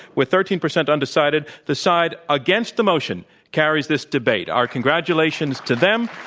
with thirteen percent undecided. the side against the motion carries this debate. our congratulations to them.